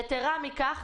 יתרה מכך,